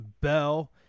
Bell